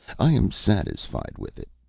i am satisfied with it.